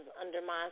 undermines